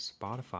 Spotify